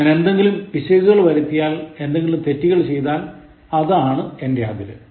ഞാൻ എന്തെങ്കിലും പിശകുകൾ വരുത്തിയാൽ എന്തെങ്കിലും തെറ്റുകൾ ചെയ്താൽ അതാണ് എന്റെ അതിര്